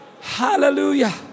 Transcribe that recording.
Hallelujah